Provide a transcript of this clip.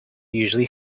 usually